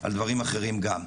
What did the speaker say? על דברים אחרים גם.